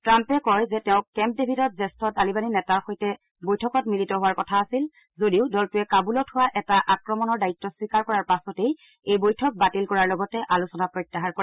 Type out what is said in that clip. ট্ৰাম্পে কয় যে তেওঁ কেম্প ডেভিডত জ্যেষ্ঠ তালিবানী নেতাৰ সৈতে বৈঠকত মিলিত হোৱাৰ কথা আছিল যদিও দলটোৱে কাবুলত হোৱা এটা আক্ৰমণত দায়িত্ব স্বীকাৰ কৰাৰ পাছতেই এই বৈঠক বাতিল কৰাৰ লগতে আলোচনা প্ৰত্যাহাৰ কৰে